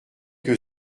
que